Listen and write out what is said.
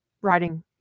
writing